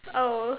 oh